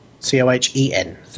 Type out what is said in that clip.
C-O-H-E-N